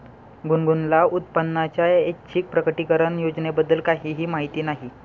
गुनगुनला उत्पन्नाच्या ऐच्छिक प्रकटीकरण योजनेबद्दल काहीही माहिती नाही